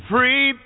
Free